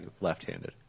left-handed